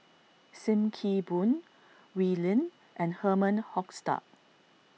Sim Kee Boon Oi Lin and Herman Hochstadt